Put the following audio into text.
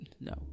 no